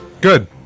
Good